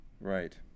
Right